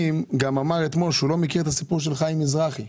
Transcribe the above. גם אמר אתמול שהוא לא מכיר את הסיפור של חיים מזרחי.